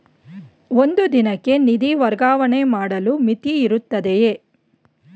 ಒಂದು ದಿನಕ್ಕೆ ನಿಧಿ ವರ್ಗಾವಣೆ ಮಾಡಲು ಮಿತಿಯಿರುತ್ತದೆಯೇ?